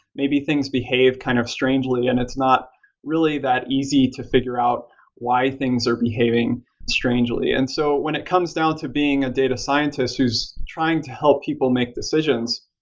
maybe things behave kind of strangely and it's not really that easy to figure out why things are behaving strangely. and so when it comes down to being a data scientist who's trying to help people make decisions,